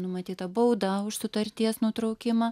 numatyta bauda už sutarties nutraukimą